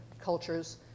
cultures